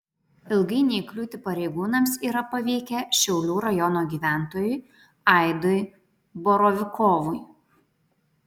ilgai neįkliūti pareigūnams yra pavykę šiaulių rajono gyventojui aidui borovikovui